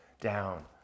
down